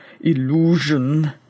illusion